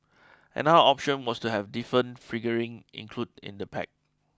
another option was to have a different figurine included in the pack